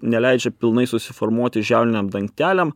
neleidžia pilnai susiformuoti žiauniniam dangteliam